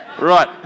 Right